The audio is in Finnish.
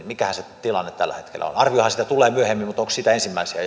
mikähän se tilanne tällä hetkellä on arviohan siitä tulee myöhemmin mutta onko siitä jo ensimmäisiä